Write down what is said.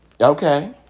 Okay